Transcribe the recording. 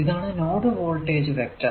ഇതാണ് node voltage vector